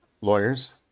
lawyers